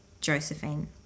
Josephine